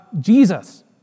Jesus